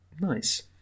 Nice